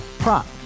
Prop